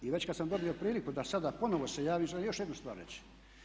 I već kad sam dobio priliku da sada ponovno se javim za još jednu stvar reći.